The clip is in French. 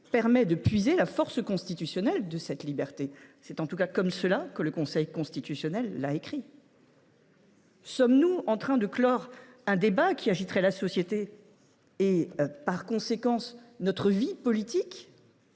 permet de puiser la force constitutionnelle de cette liberté. C’est en tout cas comme cela que le Conseil constitutionnel l’a écrit. Sommes nous en train de clore un débat qui agiterait la société et, en conséquence, notre vie politique